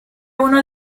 uno